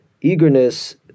eagerness